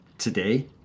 today